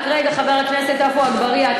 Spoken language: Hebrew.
רק רגע, חבר הכנסת עפו אגבאריה.